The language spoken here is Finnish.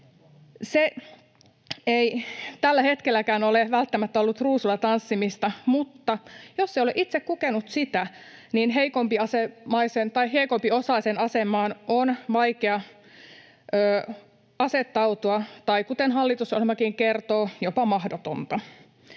Se ei tälläkään hetkellä ole välttämättä ollut ruusuilla tanssimista, mutta jos ei ole itse kokenut sitä, on heikompiosaisen asemaan vaikea asettautua — tai kuten hallitusohjelmakin kertoo, jopa mahdotonta.